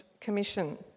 commission